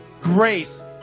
grace